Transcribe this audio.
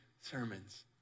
Sermons